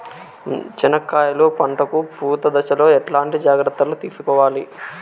చెనక్కాయలు పంట కు పూత దశలో ఎట్లాంటి జాగ్రత్తలు తీసుకోవాలి?